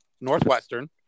Northwestern